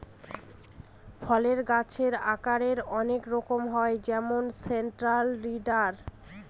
ফলের গাছের আকারের অনেক রকম হয় যেমন সেন্ট্রাল লিডার